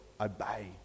obey